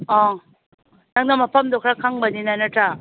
ꯑꯥ ꯅꯪꯅ ꯃꯐꯝꯗꯣ ꯈꯔ ꯈꯪꯕꯅꯤꯅ ꯅꯠꯇ꯭ꯔꯥ